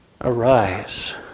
arise